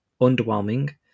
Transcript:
underwhelming